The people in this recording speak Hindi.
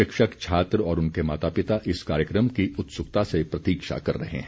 शिक्षक छात्र और उनके माता पिता इस कार्यक्रम की उत्सुकता से प्रतीक्षा कर रहे हैं